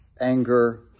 anger